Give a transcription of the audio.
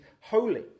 holy